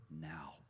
now